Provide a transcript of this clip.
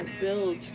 build